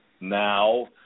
now